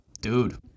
Dude